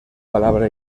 palabra